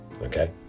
okay